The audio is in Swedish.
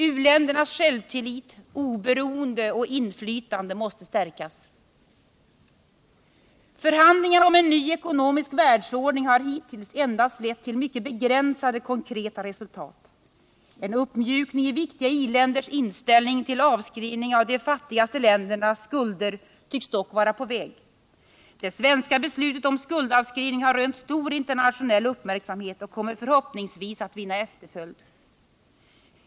U-ländernas självtillit, oberoende och inflytande måste stärkas. Förhandlingarna om en ny ekonomisk världsordning har hittills endast lett till mycket begränsade konkreta resultat. En uppmjukning i viktiga i-länders inställning till avskrivning av de fattigaste ländernas skulder tycks dock vara på väg. Det svenska beslutet om skuldavskrivning har rönt stor internationell uppmärksamhet och kommer förhoppningsvis att vinna efterföljd.